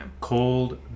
cold